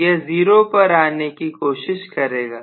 यह 0 पर आने की कोशिश करेगा